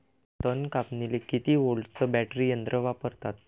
तन कापनीले किती व्होल्टचं बॅटरी यंत्र वापरतात?